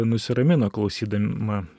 nusiramino klausydama